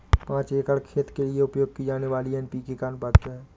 पाँच एकड़ खेत के लिए उपयोग की जाने वाली एन.पी.के का अनुपात क्या है?